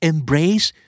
Embrace